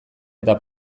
eta